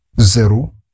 zero